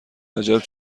عجب